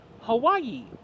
Hawaii